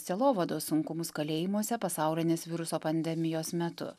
sielovados sunkumus kalėjimuose pasaulinės viruso pandemijos metu